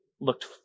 looked